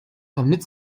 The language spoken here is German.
damit